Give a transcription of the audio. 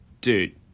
Dude